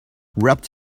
wrapped